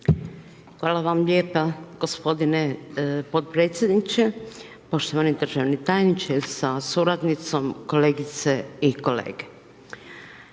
Hvala vam lijepa gospodine potpredsjedniče, poštovani državni tajniče sa suradnicom, kolegice i kolege.